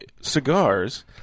cigars